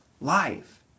life